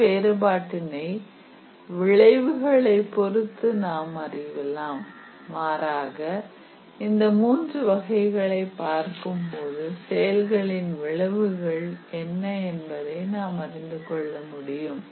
இந்த வேறுபாட்டினை விளைவுகளை பொருத்து நாம் அறியலாம் மாறாக இந்த மூன்று வகைகளை பார்க்கும்போது செயல்களின் விளைவுகள் என்ன என்பதை நாம் அறிந்து கொள்ள முடியும்